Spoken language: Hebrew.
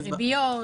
ריביות.